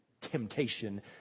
temptation